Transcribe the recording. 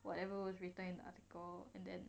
whatever was written in the article and then